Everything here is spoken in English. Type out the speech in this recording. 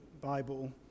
bible